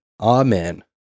Amen